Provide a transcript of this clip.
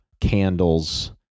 candles